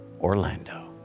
Orlando